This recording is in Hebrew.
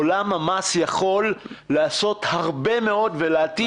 עולם המס יכול לעשות הרבה מאוד ולהיטיב